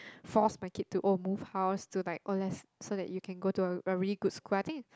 force my kid to oh move house to like oh less so that you can go to a a really good school I think